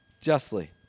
justly